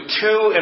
two